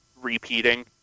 repeating